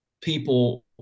people